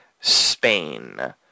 Spain